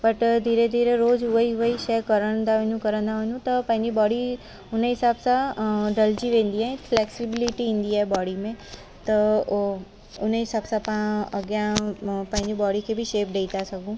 but धीरे धीरे रोज़ु उहाई उहाई शइ करण था वञूं कंदा वञूं त पंहिंजी बॉडी हुन हिसाब सां ढलिजी वेंदी आहे फ़्लेक्सिबिलिटी ईंदी आहे बॉडी में त उहो हुन ई हिसाबु सां तव्हां अॻियां पंहिंजी बॉडी खे बि शेप ॾेई था सघो